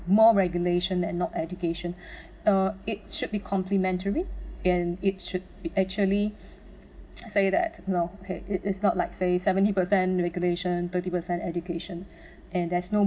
more regulation and not education uh it should be complementary and it should be actually say that say that you know is not like say seventy percent regulation thirty percent education and there's no